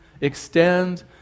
extend